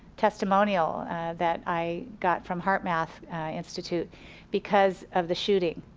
testimonial that i got from heart map institute because of the shooting,